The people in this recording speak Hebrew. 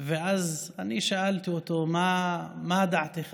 אני שאלתי אותו: מה דעתך?